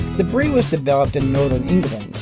the breed was developed in northern england,